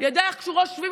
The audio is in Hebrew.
ידייך קשורות,